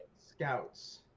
scouts